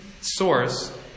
source